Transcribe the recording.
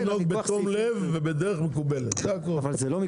היא מכוח סעיף --- אבל צריך לנהוג בתום לב ובדרך מקובלת.